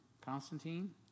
Constantine